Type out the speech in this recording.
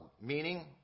meaning